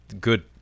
good